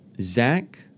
zach